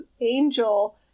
Angel